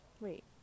Wait